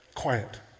quiet